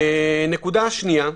הנקודה השנייה.